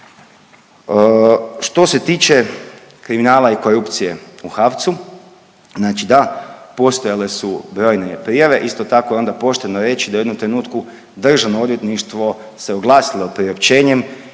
Što se tiče kriminala i korupcije u HAVC-u, znači da postojale su brojne prijave, isto tako je onda pošteno reći da u jednom trenutku Državno odvjetništvo se oglasilo priopćenjem